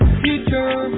future